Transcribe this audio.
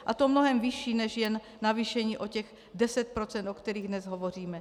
A to mnohem vyšší než jen navýšení o 10 %, o kterých dnes hovoříme.